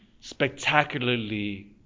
spectacularly